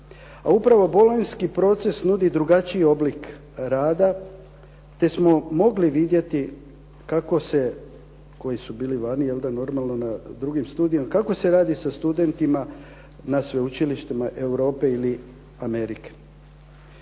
A upravo Bolonjski proces nudi drugačiji oblik rada, te smo mogli vidjeti kako se, koji su bili vani normalno na drugim studijima, kako se radi sa studentima na sveučilištima Europe ili Amerike.